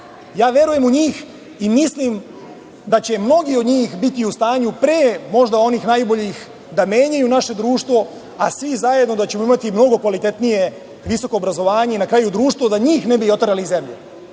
Ja verujem u njih i mislim da će mnogi od njih biti u stanju pre, možda onih najboljih da menjaju naše društvo, a svi zajedno da ćemo imati mnogo kvalitetnije visoko obrazovanje i na kraju društvo da njih ne bi oterali iz zemlje,